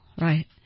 right